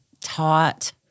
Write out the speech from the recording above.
taught